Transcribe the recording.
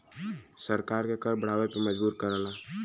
सरकार के कर बढ़ावे पे मजबूर करला